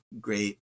great